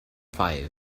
five